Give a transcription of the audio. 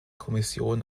kommission